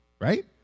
right